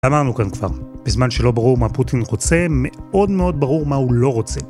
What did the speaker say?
אמרנו כאן כבר, בזמן שלא ברור מה פוטין רוצה, מאוד מאוד ברור מה הוא לא רוצה.